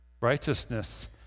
Righteousness